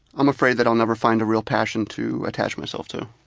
i'm afraid that i'll never find a real passion to attach myself to.